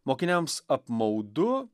mokiniams apmaudu